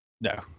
No